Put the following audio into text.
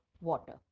water